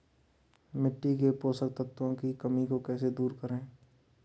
मिट्टी के पोषक तत्वों की कमी को कैसे दूर करें?